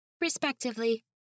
Respectively